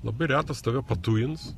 labai retas tave patujins